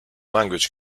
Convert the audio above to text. language